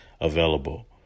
available